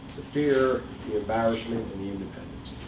fear, the embarrassment, and the independence.